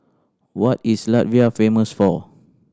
what is Latvia famous for